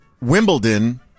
Wimbledon